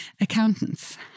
Accountants